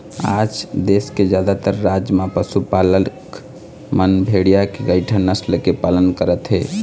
आज देश के जादातर राज म पशुपालक मन भेड़िया के कइठन नसल के पालन करत हे